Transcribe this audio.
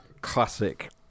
classic